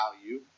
value